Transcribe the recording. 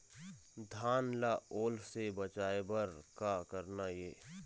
धान ला ओल से बचाए बर का करना ये?